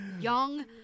Young